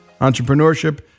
entrepreneurship